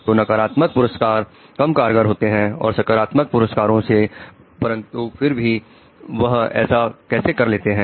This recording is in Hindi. तो नकारात्मक पुरस्कार कम कारगर होते हैं सकारात्मक पुरस्कारों से परंतु फिर भी वह ऐसा कैसे कर लेते हैं